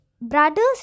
brother's